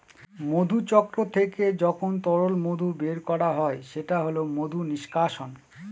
মধুচক্র থেকে যখন তরল মধু বের করা হয় সেটা হল মধু নিষ্কাশন